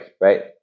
right